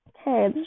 Okay